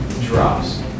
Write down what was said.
drops